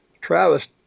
Travis